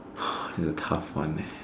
it's a tough one man